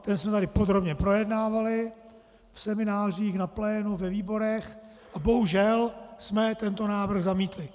Ten jsme tady podrobně projednávali v seminářích, na plénu, ve výborech a bohužel jsme tento návrh zamítli.